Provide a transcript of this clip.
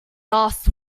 last